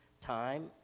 time